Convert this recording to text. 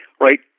Right